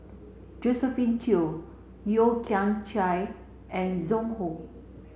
Josephine Teo Yeo Kian Chye and Zhu Hong